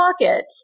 pocket